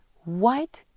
white